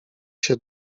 się